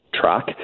track